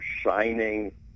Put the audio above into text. shining